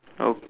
okay